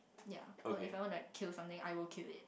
ya or like if I want to like kill something I will kill it